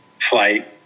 flight